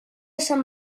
sant